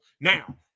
Now